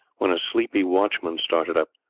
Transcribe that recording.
when a sleepy watchman started up.